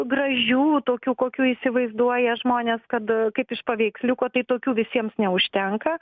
gražių tokių kokių įsivaizduoja žmonės kad kaip iš paveiksliuko tai tokių visiems neužtenka